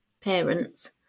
parents